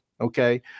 Okay